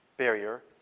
barrier